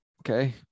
okay